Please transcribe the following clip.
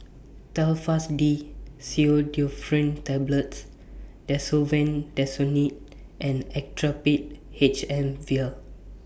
Telfast D Pseudoephrine Tablets Desowen Desonide and Actrapid H M Vial